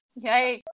Yay